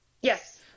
Yes